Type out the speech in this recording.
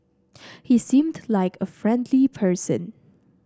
he seemed like a friendly person